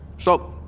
so